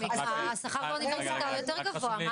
השכר באוניברסיטה הוא יותר גבוה,